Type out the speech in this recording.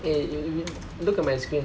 eh you you you look at my screen